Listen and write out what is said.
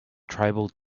tribal